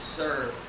serve